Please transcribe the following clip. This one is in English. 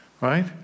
Right